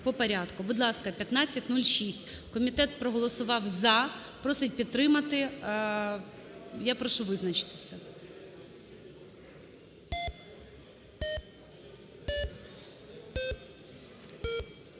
по порядку. Будь ласка, 1506. Комітет проголосував "за", просить підтримати. Я прошу визначитися.